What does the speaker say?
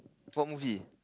what movie